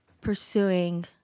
pursuing